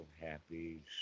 happy